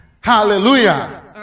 Hallelujah